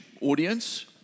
audience